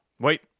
Wait